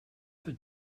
for